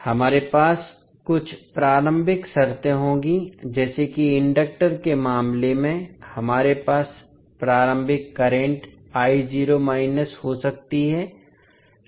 हमारे पास कुछ प्रारंभिक शर्तें होंगी जैसे कि इंडक्टर के मामले में हमारे पास प्रारंभिक करंट हो सकती है